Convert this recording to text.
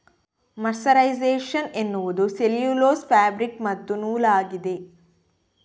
mercerisation ಎನ್ನುವುದು cellulose fabric ಮತ್ತು ನೂಲಾಗಿದೆ